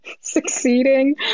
succeeding